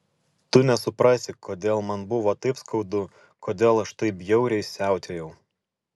tu nesuprasi kodėl man buvo taip skaudu kodėl aš taip bjauriai siautėjau